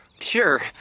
Sure